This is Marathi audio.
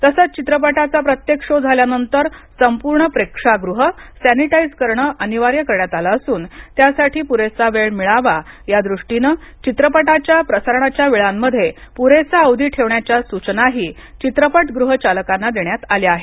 तसच चित्रपटाचा प्रत्येक शो झाल्यानंतर संपूर्ण प्रेक्षागृह सनिटाईज करण अनिवार्य करण्यात आल असून त्यासाठी पुरेसा वेळ मिळावा या दृष्टीने चित्रपटाच्या प्रसारणाच्या वेळांमध्ये पुरेसा अवधि ठेवण्याच्या सूचना ही चित्रपट गृह चालकांना देण्यात आल्या आहेत